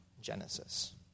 Genesis